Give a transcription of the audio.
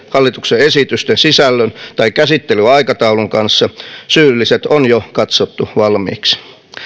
hallituksen esitysten sisällön tai käsittelyaikataulun kanssa syylliset on jo katsottu valmiiksi